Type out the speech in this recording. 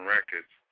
Records